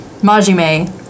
Majime